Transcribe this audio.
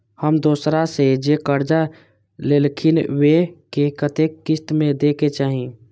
हम दोसरा से जे कर्जा लेलखिन वे के कतेक किस्त में दे के चाही?